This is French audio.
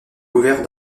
couvert